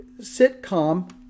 sitcom